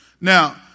Now